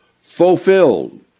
fulfilled